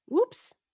Oops